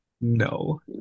No